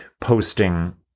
posting